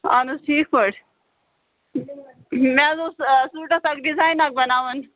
اَہن حظ ٹھیٖک پٲٹھۍ مےٚ حظ اوس سوٗٹَس اَکھ ڈِزایِن اَکھ بَناوُن